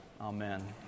Amen